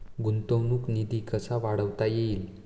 गुंतवणूक निधी कसा वाढवता येईल?